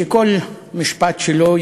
שכל משפט שלו,